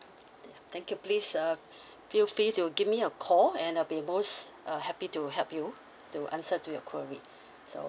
thank you please uh feel free to give me a call and I'll be most uh happy to help you to answer to your query so